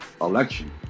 election